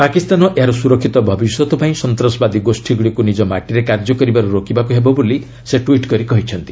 ପାକିସ୍ତାନ ଏହାର ସୁରକ୍ଷିତ ଭବିଷ୍ୟତ ପାଇଁ ସନ୍ତାସବାଦୀ ଗୋଷ୍ଠୀଗୁଡ଼ିକୁ ନିଜ ମାଟିରେ କାର୍ଯ୍ୟ କରିବାରୁ ରୋକିବାକୁ ହେବ ବୋଲି ସେ ଟ୍ୱିଟ୍ କରି କହିଛନ୍ତି